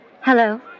Hello